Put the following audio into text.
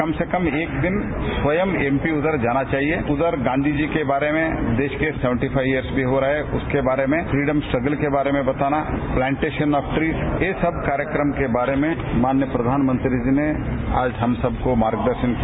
कम से कम एक दिन स्वयं एमपी उधर जाना चाहिए उधर गांधी जी के बारे में देश के पचहत्तर वर्ष भी पूरे हो रहे हैं उसके बारे में फ्रीडम स्ट्रगल के बारे में बताना स्लांटेशन ऑफ ट्रीज ये सब कार्यक्रम के बारे में माननीय प्रधानमंत्री जी ने हम सबको मार्गदर्शन किया